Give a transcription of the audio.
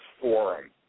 forum